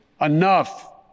Enough